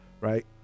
right